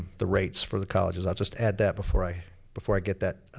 the rates for the colleges. i'll just add that before i before i get that